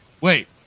wait